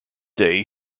day